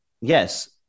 Yes